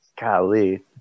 Golly